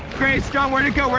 grace, john, where'd it go,